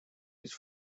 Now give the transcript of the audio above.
which